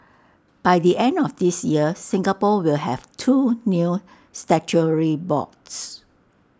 by the end of this year Singapore will have two new statutory boards